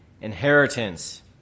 inheritance